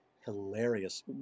hilarious